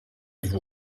vous